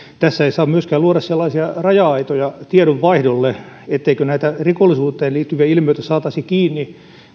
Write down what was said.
tässä ei saa myöskään luoda sellaisia raja aitoja tietojenvaihdolle ettei näitä rikollisuuteen liittyviä ilmiöitä saataisi kiinni